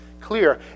clear